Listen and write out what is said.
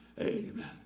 Amen